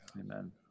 amen